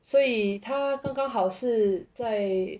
所以它刚刚好是在